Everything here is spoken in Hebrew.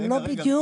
שהם לא בדיוק,